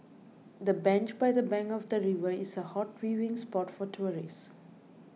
the bench by the bank of the river is a hot viewing spot for tourists